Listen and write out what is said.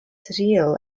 surreal